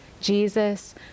Jesus